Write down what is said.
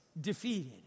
defeated